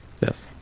yes